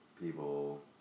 people